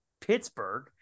pittsburgh